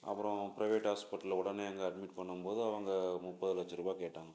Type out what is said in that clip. அப்புறம் ப்ரைவேட் ஹாஸ்ப்பிட்டலில் உடனே அங்க அட்மிட் பண்ணும் போது அவங்க முப்பது லட்ச ருபாய் கேட்டாங்கள்